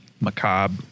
macabre